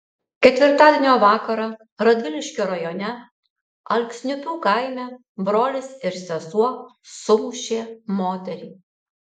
ketvirtadienio vakarą radviliškio rajone alksniupių kaime brolis ir sesuo sumušė moterį